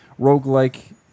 roguelike